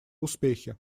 успехи